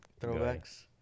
throwbacks